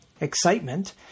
excitement